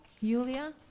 Yulia